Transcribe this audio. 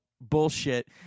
bullshit